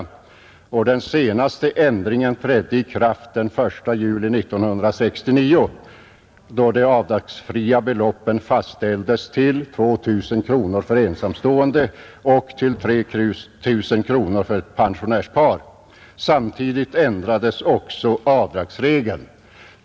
85 Den senaste ändringen trädde i kraft den 1 juli 1969, då de avdragsfria beloppen fastställdes till 2 000 kronor för ensamstående och till 3 000 kronor för pensionärspar, Samtidigt ändrades också avdragsregeln.